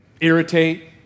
Irritate